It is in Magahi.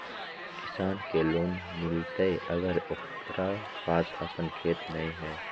किसान के लोन मिलताय अगर ओकरा पास अपन खेत नय है?